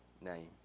name